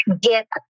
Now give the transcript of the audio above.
get